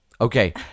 Okay